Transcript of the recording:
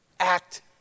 Act